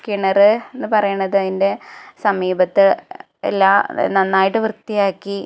കിണറെന്ന് പറയുന്നത് അതിൻ്റെ സമീപത്ത് എല്ലാം നന്നായിട്ട് വൃത്തിയാക്കി